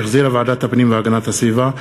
שהחזירה ועדת הפנים והגנת הסביבה.